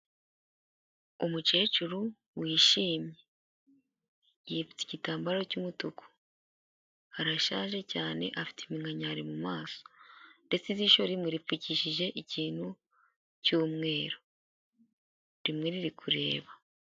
Umukecuru wishimye yipfutse igitambaro cy'umutuku, arashaje cyane afite iminkanyari mu mu maso ndetse ijisho rimwe ripfukishije ikintu cy'umweru rimwe riri kureba.